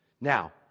Now